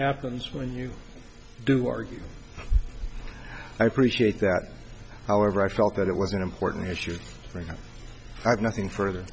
happens when you do argue i appreciate that however i felt that it was an important issue i have nothing further